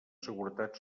seguretat